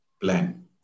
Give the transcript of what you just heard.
plan